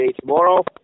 tomorrow